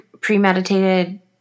premeditated